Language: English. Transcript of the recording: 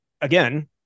again